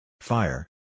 Fire